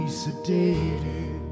sedated